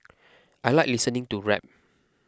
I like listening to rap